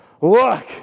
look